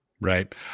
Right